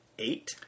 eight